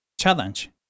:Challenge